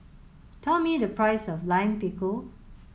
tell me the price of Lime Pickle